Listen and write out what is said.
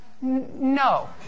No